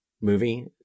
movie